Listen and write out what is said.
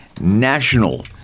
National